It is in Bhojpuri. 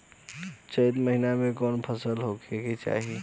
चैत महीना में कवन फशल बोए के चाही?